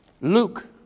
Luke